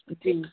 जी